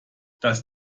das